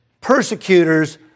persecutors